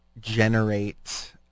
generate